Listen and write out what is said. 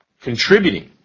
contributing